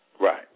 Right